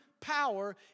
power